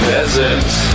Peasants